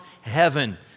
heaven